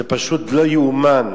זה פשוט לא ייאמן.